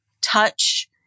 touch